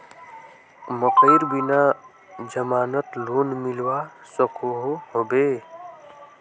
मकईर बिना जमानत लोन मिलवा सकोहो होबे?